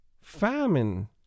famine